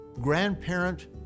grandparent